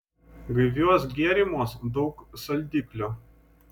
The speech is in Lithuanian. gaiviuos gėrimuos daug saldiklio